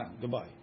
Goodbye